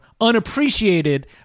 unappreciated